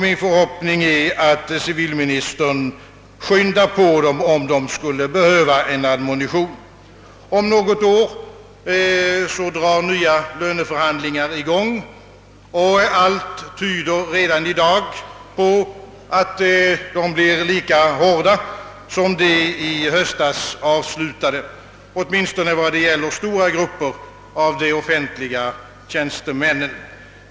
Min förhoppning är, att civilministern skyndar på de sakkunniga, om de skulle behöva en sådan admonition. Om något år drar nya löneförhandlingar i gång, och allt tyder redan i dag på att de kan bli lika hårda som de i höstas avslutade, åtminstone vad det gäller stora grupper av de offentliga tjänstemännen.